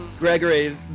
Gregory